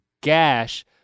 gash